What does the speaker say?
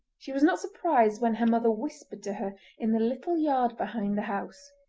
she was not surprised when her mother whispered to her in the little yard behind the house